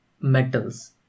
metals